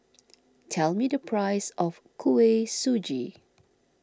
tell me the price of Kuih Suji